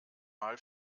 mal